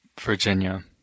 Virginia